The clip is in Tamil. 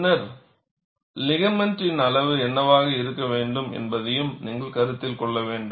பின்னர் லிகமெண்ட் அளவு என்னவாக இருக்க வேண்டும் என்பதையும் நீங்கள் கருத்தில் கொள்ள வேண்டும்